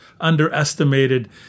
underestimated